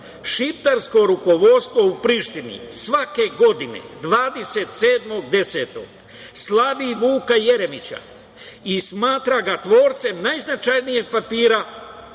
Šiptarsko rukovodstvo u Prištini svake godine 27. oktobra slavi Vuka Jeremića i smatra ga tvorcem najznačajnijeg papira